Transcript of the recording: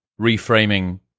reframing